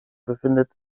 befindet